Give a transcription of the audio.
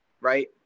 right